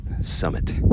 summit